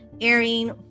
airing